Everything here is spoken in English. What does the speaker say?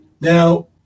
Now